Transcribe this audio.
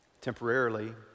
temporarily